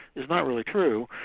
is not really true,